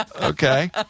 Okay